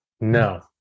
no